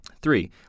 Three